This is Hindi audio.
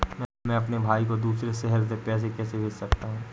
मैं अपने भाई को दूसरे शहर से पैसे कैसे भेज सकता हूँ?